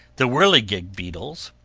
the whirligig-beetles,